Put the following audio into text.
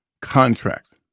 contracts